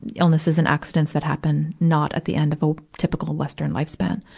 illnesses and accidents that happen, not at the end of a typical western life span.